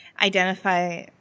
identify